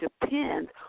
depends